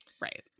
Right